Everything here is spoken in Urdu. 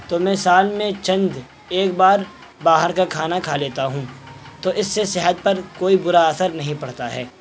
تو میں سال میں چند ایک بار باہر کا کھانا کھا لیتا ہوں تو اس سے صحت پر کوئی برا اثر نہیں پڑتا ہے